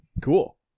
cool